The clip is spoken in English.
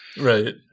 Right